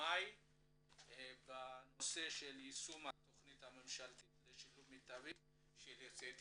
ממאי בנושא יישום התכנית הממשלתית לשילוב מיטבי של יוצאי אתיופיה.